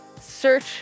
search